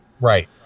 Right